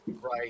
right